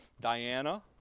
Diana